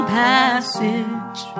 passage